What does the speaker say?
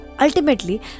Ultimately